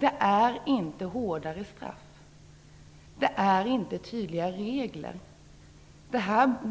Vad som behövs är inte hårdare straff och tydligare regler.